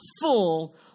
full